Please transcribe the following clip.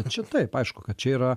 čia taip aišku kad čia yra